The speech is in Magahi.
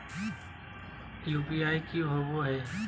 यू.पी.आई की होवे है?